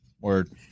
Word